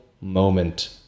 Moment